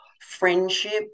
friendship